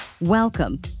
Welcome